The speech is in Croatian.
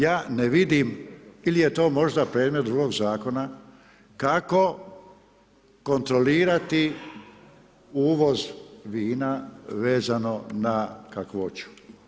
Ja ne vidim ili je to možda predmet drugog zakona, kako kontrolirati uvoz vina vezano na kakvoću.